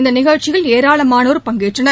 இந்த நிகழ்ச்சியில் ஏராளமானோர் பங்கேற்றனர்